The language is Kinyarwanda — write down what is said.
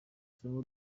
isomo